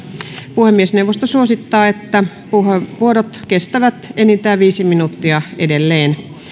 puhemiesneuvosto edelleen suosittaa että puheenvuorot kestävät enintään viisi minuuttia